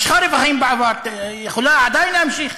משכה רווחים בעבר, יכולה עדיין להמשיך